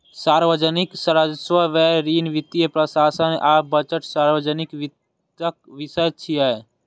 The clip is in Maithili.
सार्वजनिक राजस्व, व्यय, ऋण, वित्तीय प्रशासन आ बजट सार्वजनिक वित्तक विषय छियै